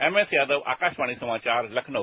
S S Yadav Akashvani समाचार लखनऊ